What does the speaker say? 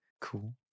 Cool